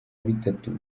bitatu